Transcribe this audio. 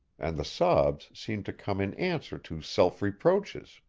and the sobs seemed to come in answer to self-reproaches.